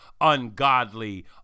ungodly